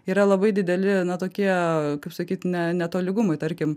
yra labai dideli na tokie kaip sakyt ne netolygumai tarkim